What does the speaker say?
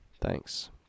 Thanks